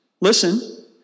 Listen